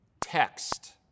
text